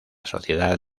sociedad